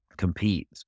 compete